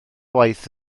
waith